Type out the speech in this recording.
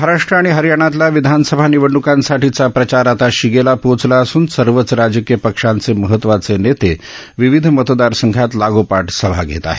महाराष्ट्र आणि हरियाणातल्या विधानसभा निवडणूकांसाठीचा प्रचार आता शिगेला पोहोचला असून सर्वच राजकीय पक्षांचे महत्वाचे नेते विविध मतदारसंघात लागोपाठ सभा घेत आहेत